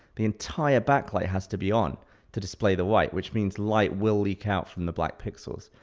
the entire backlight has to be on to display the white, which means light will leak out from the black pixels,